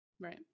Right